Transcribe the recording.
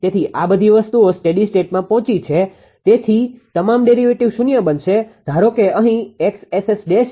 તેથી આ બધી વસ્તુઓ સ્ટેડી સ્ટેટમાં પહોંચી છે જેથી તમામ ડેરીવેટીવ શૂન્ય બનશે